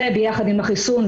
זה ביחד עם החיסון,